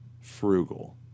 frugal